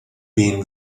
been